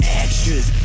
extras